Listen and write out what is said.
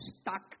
stuck